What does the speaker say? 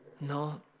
no